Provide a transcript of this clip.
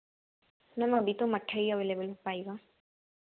ma'am अभी तो मट्ठा ही अवेलेवल हो पाएगा